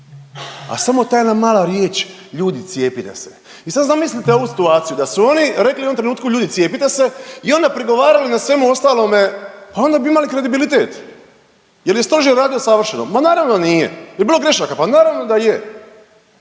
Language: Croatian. a samo ta jedna mala riječ ljudi cijepite se. I sad zamislite ovu situaciju da su oni rekli u jednom trenutku ljudi cijepite se i onda prigovarali na svemu ostalome, pa onda bi imali kredibilitet. Jel je stožer radio savršeno? Ma naravno da nije. Je li bilo grašaka? Pa naravno da je.